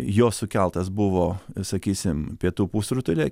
jo sukeltas buvo sakysim pietų pusrutulyje